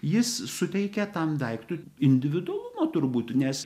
jis suteikia tam daiktui individualumo turbūt nes